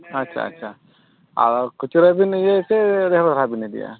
ᱟᱪᱪᱷᱟ ᱟᱪᱪᱷᱟ ᱟᱨ ᱠᱷᱩᱪᱨᱟᱹ ᱵᱤᱱ ᱤᱭᱟᱹᱭᱟᱥᱮ ᱵᱤᱱ ᱤᱫᱤᱭᱟ